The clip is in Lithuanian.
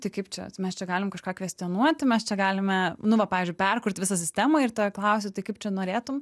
tai kaip čia mes čia galim kažką kvestionuoti mes čia galime nu va pavyzdžiui perkurt visą sistemą ir ta klausia tai kaip čia norėtum